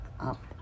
up